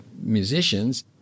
musicians